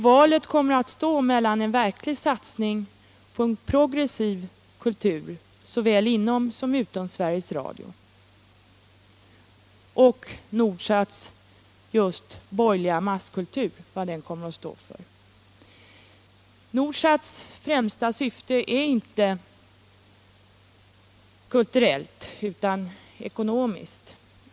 Valet kommer att stå mellan Nordsats borgerliga masskultur och en verklig satsning på en progressiv kultur såväl inom som utom Sveriges Radio. Nordsats främsta syfte är inte kulturellt utan ekonomiskt.